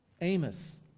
Amos